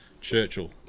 Churchill